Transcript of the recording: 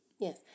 Yes